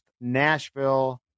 Nashville